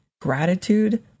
gratitude